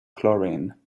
chlorine